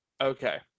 okay